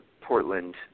Portland